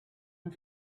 and